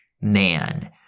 Man